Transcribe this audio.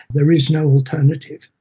there is no alternative',